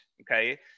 okay